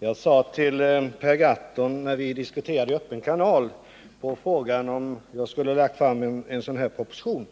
Herr talman! När jag med Per Gahrton diskuterade i Öppen kanal, fick jag frågan om jag skulle ha lagt fram en sådan här proposition.